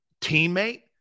teammate